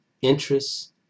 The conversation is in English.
interests